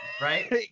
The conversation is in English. right